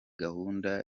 gahunda